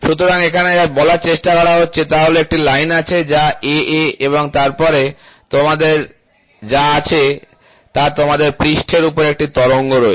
সুতরাং এখানে যা বলার চেষ্টা করা হচ্ছে তা হল একটি লাইন আছে যা AA এবং তারপরে তোমাদের যা আছে তা তোমাদের পৃষ্ঠের উপর একটি তরঙ্গ রয়েছে